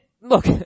look